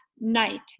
night